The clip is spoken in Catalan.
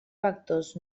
vectors